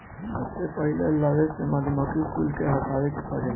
सबसे पहिले लवे से मधुमक्खी कुल के हटावे के पड़ेला